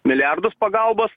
milijardus pagalbos